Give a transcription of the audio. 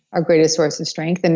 our greatest source of strength, and